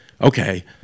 okay